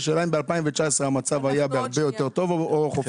השאלה אם ב-2019 המצב היה בהרבה יותר טוב או חופף?